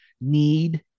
need